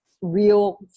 real